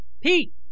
pete